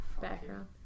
Background